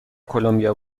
کلمبیا